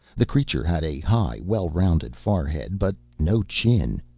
the creature had a high, well-rounded forehead but no chin,